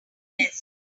desk